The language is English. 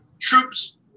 troops